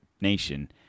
nation